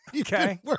Okay